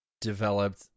developed